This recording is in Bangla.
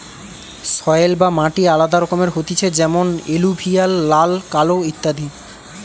সয়েল বা মাটি আলাদা রকমের হতিছে যেমন এলুভিয়াল, লাল, কালো ইত্যাদি